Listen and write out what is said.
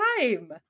time